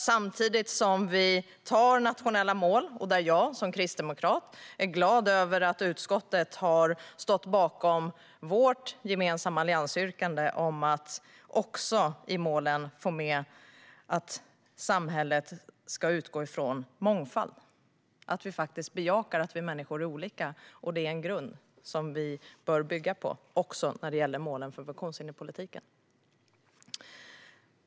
Som kristdemokrat är jag glad över att utskottet har ställt sig bakom vårt gemensamma alliansyrkande om att i målen också få med att samhället ska utgå från mångfald, att vi bejakar att vi människor är olika och att det är en grund som vi bör bygga på också när det gäller målen för funktionshinderspolitiken.